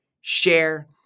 share